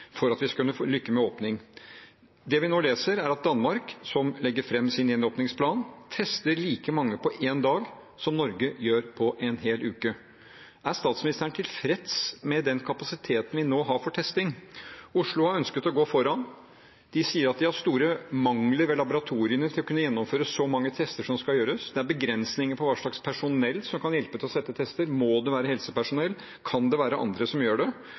for at vi skal kunne lykkes med åpning. Det vi nå leser, er at Danmark, som legger fram sin gjenåpningsplan, tester like mange på én dag som Norge gjør på en hel uke. Er statsministeren tilfreds med den kapasiteten vi nå har for testing? Oslo har ønsket å gå foran. De sier at de har for store mangler ved laboratoriene til å kunne gjennomføre så mange tester som skal gjøres, det er begrensninger på personell som kan hjelpe til med å utføre testene. Må det være helsepersonell, kan det være andre som gjør det,